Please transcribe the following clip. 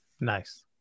Nice